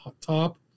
top